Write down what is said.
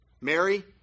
Mary